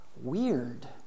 weird